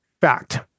Fact